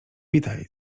witaj